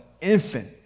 infant